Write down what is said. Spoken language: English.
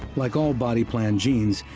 like all body-plan genes,